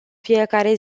fiecare